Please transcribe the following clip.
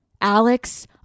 Alex